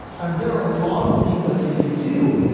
and there are a lot of things that they could do.